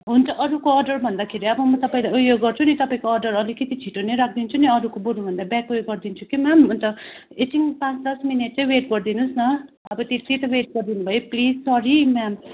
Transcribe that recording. हुन्छ अरूको अर्डर भन्दाखेरि अब म तपाईँलाई उयो गर्छु नि तपाईँको अर्डर अलिकति छिटो नै राखिदिन्छु नि अरूको बरूभन्दा ब्याक उयो राखिदिन्छु नि म्याम अन्त एकछिन पाँच दस मिनट चाहिँ वेट गरिदिनुहोस न अब त्यति त वेट गरिदिनु भयो प्लिज सरी है म्याम